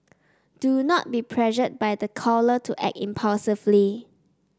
do not be pressured by the caller to act impulsively